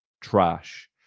Trash